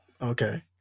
Okay